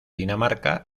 dinamarca